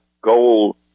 goal